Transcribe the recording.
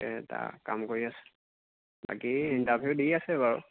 তাতে এটা কাম কৰি আছে বাকী ইণ্টাৰভিউ দি আছে বাৰু